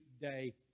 day